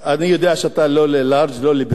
אני יודע שאתה לא לארג', לא ליברל,